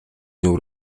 nią